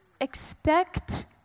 expect